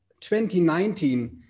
2019